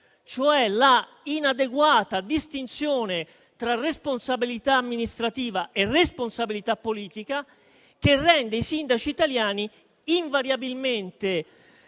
cioè l'inadeguata distinzione tra responsabilità amministrativa e responsabilità politica, che rende i sindaci italiani invariabilmente